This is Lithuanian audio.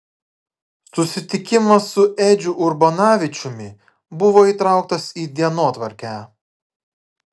susitikimas su edžiu urbanavičiumi buvo įtrauktas į dienotvarkę